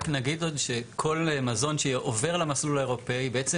רק נגיד עוד שכל מזון שעובר למסלול האירופי בעצם